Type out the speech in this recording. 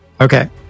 Okay